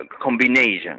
combination